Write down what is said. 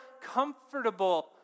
comfortable